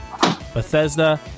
Bethesda